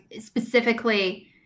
specifically